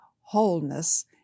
wholeness